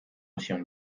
się